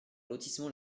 lotissement